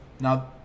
Now